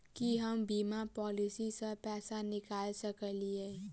की हम बीमा पॉलिसी सऽ पैसा निकाल सकलिये?